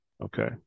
Okay